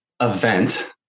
event